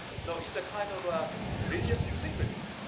so it's a kind of a religious synchronism,